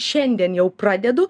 šiandien jau pradedu